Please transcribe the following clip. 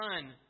son